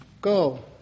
Go